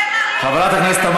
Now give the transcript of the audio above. אתם מעלילים, תודה, תודה.